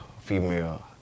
female